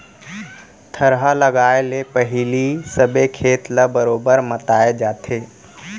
थरहा लगाए ले पहिली सबे खेत ल बरोबर मताए जाथे